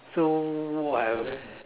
so I've